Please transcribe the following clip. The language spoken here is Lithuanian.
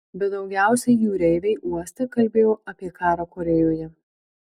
bet daugiausiai jūreiviai uoste kalbėjo apie karą korėjoje